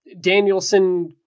Danielson